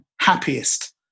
happiest